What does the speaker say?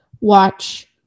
watch